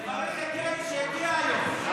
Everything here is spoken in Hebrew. תברך את יאיר שיגיע היום.